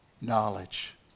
knowledge